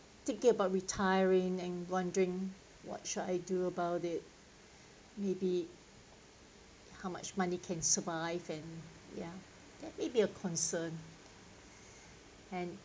thinking about retiring and wondering what shall I do about it maybe how much money can survive and ya that will be a concern and